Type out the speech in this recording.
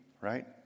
right